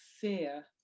fear